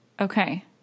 Okay